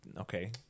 Okay